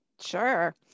Sure